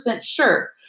sure